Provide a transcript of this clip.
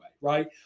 right